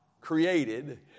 created